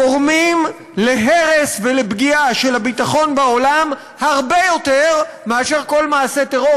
גורמים להרס ולפגיעה בביטחון בעולם הרבה יותר מכל מעשה טרור,